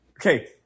Okay